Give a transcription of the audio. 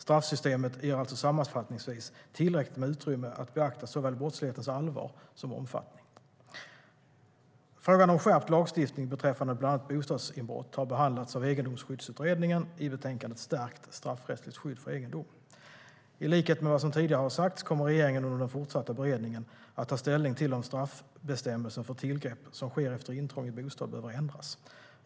Straffsystemet ger alltså sammanfattningsvis tillräckligt med utrymme att beakta såväl brottslighetens allvar som dess omfattning.. I likhet med vad som tidigare har sagts kommer regeringen under den fortsatta beredningen att ta ställning till om straffbestämmelsen för tillgrepp som sker efter intrång i bostad behöver ändras.